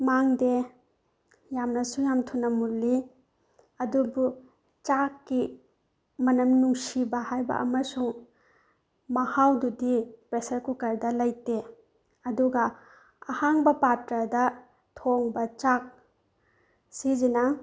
ꯃꯥꯡꯗꯦ ꯌꯥꯝꯅꯁꯨ ꯌꯥꯝ ꯊꯨꯅ ꯃꯨꯜꯂꯤ ꯑꯗꯨꯕꯨ ꯆꯥꯛꯀꯤ ꯃꯅꯝ ꯅꯨꯡꯁꯤꯕ ꯍꯥꯏꯕ ꯑꯃꯁꯨꯡ ꯃꯍꯥꯎꯗꯨꯗꯤ ꯄ꯭ꯔꯦꯁꯔ ꯀꯨꯀꯔꯗ ꯂꯩꯇꯦ ꯑꯗꯨꯒ ꯑꯍꯥꯡꯕ ꯄꯥꯇ꯭ꯔꯗ ꯊꯣꯡꯕ ꯆꯥꯛ ꯁꯤꯁꯤꯅ